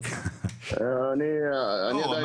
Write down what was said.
אני עדיין נחמד.